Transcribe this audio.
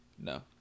No